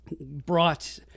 brought